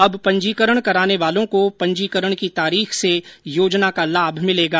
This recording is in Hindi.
अब पंजीकरण कराने वालों को पंजीकरण की तारीख से योजना का लाभ मिलेगा